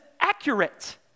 accurate